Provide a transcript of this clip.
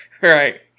right